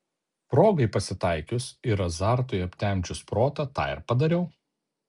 progai pasitaikius ir azartui aptemdžius protą tą ir padariau